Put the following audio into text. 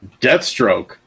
Deathstroke